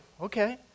Okay